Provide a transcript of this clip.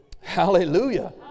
Hallelujah